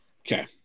Okay